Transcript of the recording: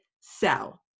sell